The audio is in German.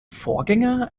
vorgänger